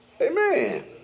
Amen